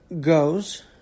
goes